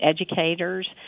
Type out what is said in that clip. educators